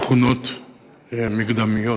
תכונות מקדמיות.